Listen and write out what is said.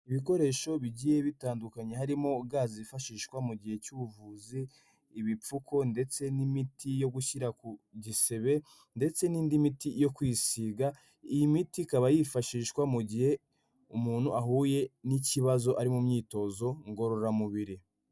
Ibikoresho bigiye bitandukanye, harimo ga zifashishwa mu gihe cy'ubuvuzi, ibipfuko, ndetse n'imiti yo gushyira ku gisebe, ndetse n'indi miti yo kwisiga, iyi miti ikaba yifashishwa mu gihe umuntu ahuye n'ikibazo ari mu myitozo ngororamubiri.